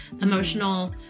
emotional